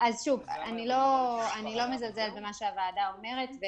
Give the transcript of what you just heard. אני לא מזלזלת במה שהוועדה אומרת,